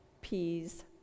peas